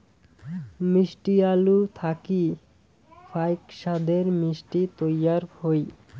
মিষ্টি আলু থাকি ফাইক সাদের মিষ্টি তৈয়ার হই